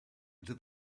into